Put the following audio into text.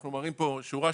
אנחנו מראים פה נתונים.